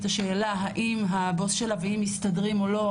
השאלה האם הבוס שלה והיא מסתדרים או לא,